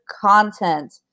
content